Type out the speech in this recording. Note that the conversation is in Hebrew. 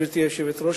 גברתי היושבת-ראש,